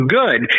good